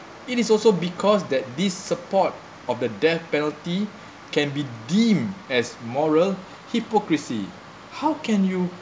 it is also because that this support of the death penalty can be deemed as moral hypocrisy how can you